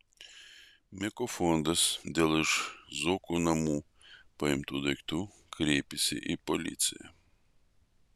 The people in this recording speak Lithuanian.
meko fondas dėl iš zuokų namų paimtų daiktų kreipėsi į policiją